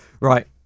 Right